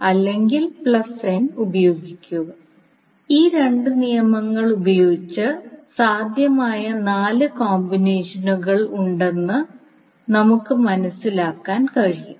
അല്ലെങ്കിൽ n ഉപയോഗിക്കുക ഈ 2 നിയമങ്ങൾ ഉപയോഗിച്ച് സാധ്യമായ 4 കോമ്പിനേഷനുകൾ ഉണ്ടെന്ന് നമുക്ക് മനസിലാക്കാൻ കഴിയും